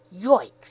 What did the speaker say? Yikes